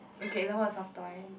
okay number of soft toy